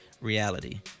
reality